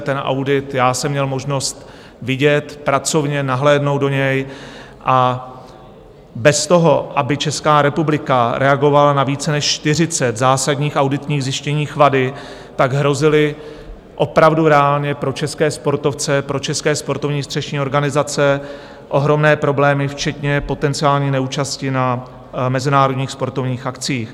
Ten audit jsem měl možnost vidět, pracovně, nahlédnout do něj, a bez toho, aby Česká republika reagovala na více než čtyřicet zásadních auditních zjištění WADA, hrozily opravdu reálně pro české sportovce, pro české sportovní střešní organizace ohromné problémy včetně potenciální neúčasti na mezinárodních sportovních akcích.